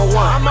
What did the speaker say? one